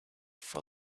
for